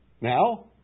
now